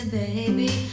baby